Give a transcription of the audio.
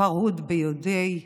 הפרהוד ביהודי עיראק.